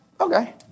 okay